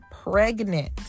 pregnant